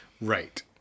right